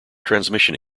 transmission